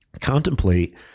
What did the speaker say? contemplate